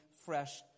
fresh